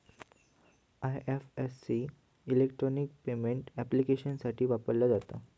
IFSC electronic payment ऍप्लिकेशन्ससाठी वापरला जाता